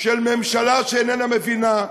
של ממשלה שאיננה מבינה,